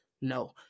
No